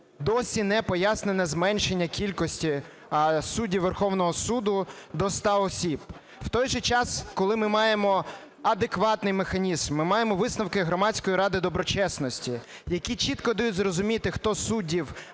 досі не пояснено зменшення кількості суддів Верховного Суду до 100 осіб. У той же час, коли ми маємо адекватний механізм, ми маємо висновки Громадської ради доброчесності, які чітко дають зрозуміти, хто з суддів